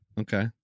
Okay